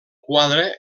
quadre